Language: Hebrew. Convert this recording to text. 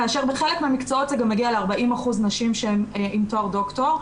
כאשר בחלק מהמקצועות זה גם מגיע ל-40% נשים שהן עם תואר דוקטור,